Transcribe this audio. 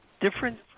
different